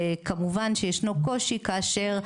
וכמובן שישנו קושי כאשר,